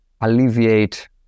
alleviate